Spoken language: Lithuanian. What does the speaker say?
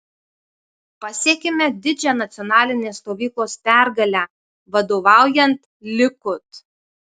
pasiekėme didžią nacionalinės stovyklos pergalę vadovaujant likud